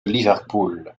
liverpool